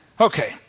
Okay